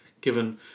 given